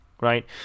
Right